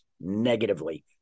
negatively